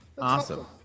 Awesome